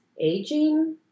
aging